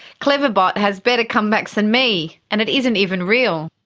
cleverbot has better comebacks than me, and it isn't even real!